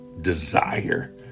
desire